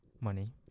Money